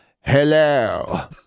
Hello